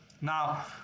Now